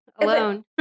alone